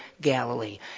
Galilee